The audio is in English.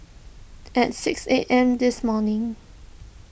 at six A M this morning